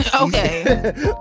Okay